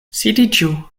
sidiĝu